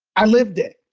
i lived it.